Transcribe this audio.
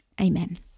amen